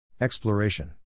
Exploration